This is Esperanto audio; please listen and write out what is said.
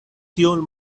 tiu